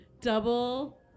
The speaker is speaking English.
Double